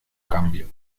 cambio